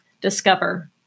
discover